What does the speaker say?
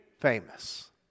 famous